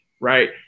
right